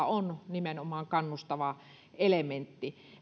on nimenomaan kannustava elementti